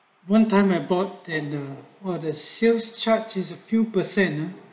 one time I bought and the ah sales charge as a few percent ah